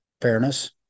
fairness